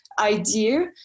idea